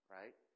right